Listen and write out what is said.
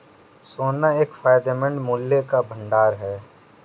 सोना एक फायदेमंद मूल्य का भंडार है